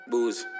Booze